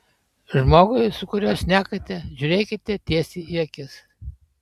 žmogui su kuriuo šnekate žiūrėkite tiesiai į akis